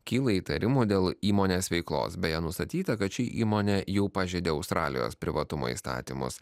kyla įtarimų dėl įmonės veiklos beje nustatyta kad ši įmonė jau pažeidė australijos privatumo įstatymus